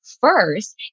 first